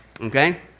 okay